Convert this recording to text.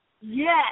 Yes